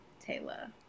Taylor